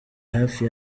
hafi